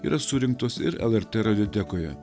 yra surinktos ir lrt radiotekoje